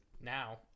now